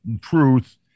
truth